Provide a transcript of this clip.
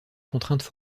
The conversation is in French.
contraintes